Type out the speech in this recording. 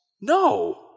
No